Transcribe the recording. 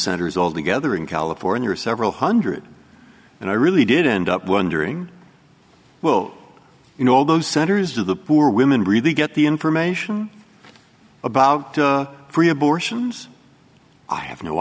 senators all together in california or several hundred and i really did end up wondering well you know all those centers of the poor women really get the information about free abortions i have no